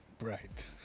Right